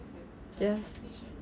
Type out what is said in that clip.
just